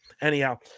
anyhow